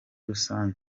rusange